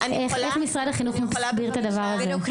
הם אומרים: אני לא יכול,